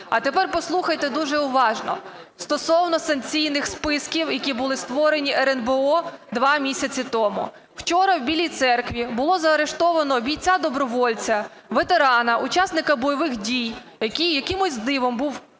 А тепер послухайте дуже уважно стосовно санкційних списків, які були створені РНБО два місяці тому. Вчора в Білій Церкві було заарештовано бійця добровольця, ветерана, учасника бойових дій, який якимось дивом